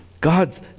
God's